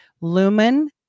Lumen